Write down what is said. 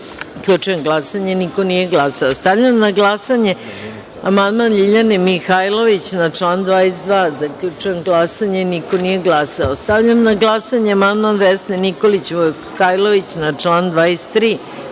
5.Zaključujem glasanje: niko nije glasao. Stavljam na glasanje amandman Ljiljane Mihajlović na član 6. Zaključujem glasanje: niko nije glasao. Stavljam na glasanje amandman Vesne Nikolić Vukajlović na član 7.